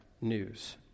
news